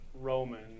Roman